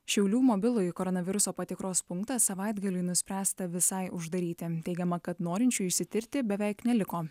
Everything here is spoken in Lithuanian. šiaulių mobilųjį koronaviruso patikros punktą savaitgaliui nuspręsta visai uždaryti teigiama kad norinčiųjų išsitirti beveik neliko